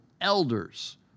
elders